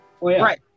right